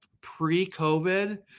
pre-COVID